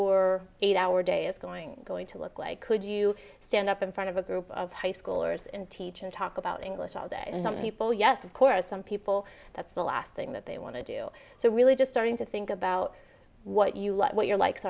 your eight hour day is going going to look like could you stand up in front of a group of high schoolers and teach and talk about english all day and some people yes of course some people that's the last thing that they want to do so really just starting to think about what you like what your likes